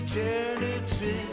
Eternity